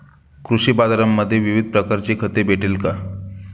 कृषी बाजारांमध्ये विविध प्रकारची खते भेटेल का?